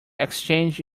exchange